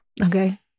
Okay